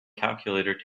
calculator